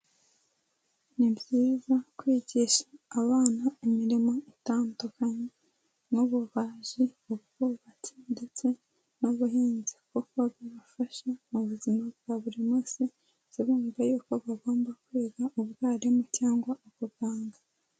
Ni byiza kwigisha abana imirimo itandukanye nk'ububaji, ubwubatsi ndetse n'ubuhinzi kuko bibafasha mu buzima bwa buri munsi, sibumve yuko bagomba kwiga ubwarimu cyangwa ubuganga.